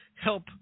help